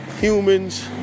humans